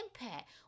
impact